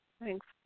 Thanks